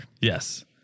Yes